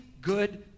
good